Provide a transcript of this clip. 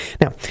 Now